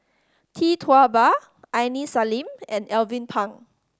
Tee Tua Ba Aini Salim and Alvin Pang